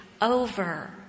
over